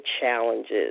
challenges